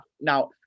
Now